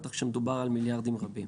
בטח כשמדובר על מיליארדים רבים.